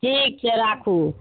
ठीक छै राखू